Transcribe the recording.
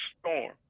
storm